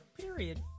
period